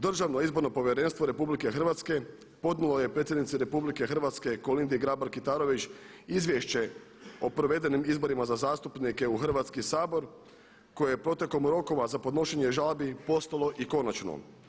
Državno izborno povjerenstvo RH podnijelo je predsjednici RH Kolindi Grabar Kitarović izvješće o provedenim izborima za zastupnike u Hrvatski sabor koje je protekom rokova za podnošenje žalbi postalo i konačno.